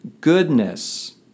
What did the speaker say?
goodness